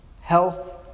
health